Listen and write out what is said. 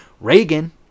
Reagan